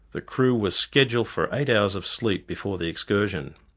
the crew were scheduled for eight hours of sleep before the excursion.